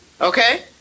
Okay